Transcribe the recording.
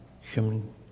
human